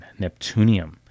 neptunium